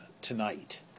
tonight